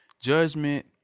judgment